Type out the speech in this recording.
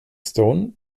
stone